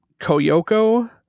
koyoko